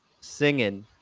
singing